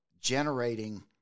generating